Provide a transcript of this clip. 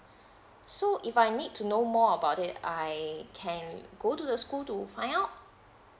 so if I need to know more about it I can go to the school to find out